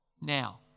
Now